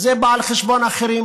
אז זה בא על חשבון אחרים,